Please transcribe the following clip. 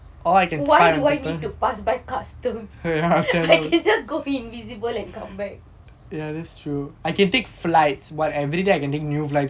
why do I need to pass by custom I can just go invisible and come back